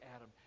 Adam